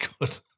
good